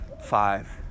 Five